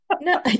no